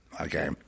Okay